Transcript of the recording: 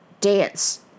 dance